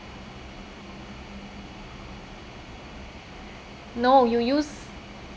no you use